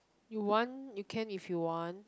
you want you can if you want